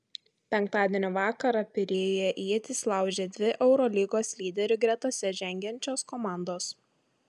penktadienio vakarą pirėjuje ietis laužė dvi eurolygos lyderių gretose žengiančios komandos